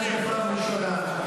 באמת, אמסלם.